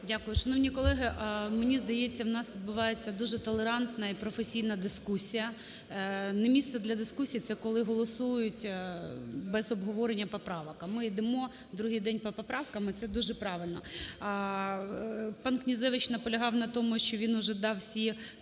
Дякую. Шановні колеги, мені здається, в нас відбувається дуже толерантна і професійна дискусія. Не місце для дискусії – це коли голосують без обговорення поправок, а ми йдемо другий день по поправкам і це дуже правильно. Пан Князевич наполягав на тому, що він уже дав всі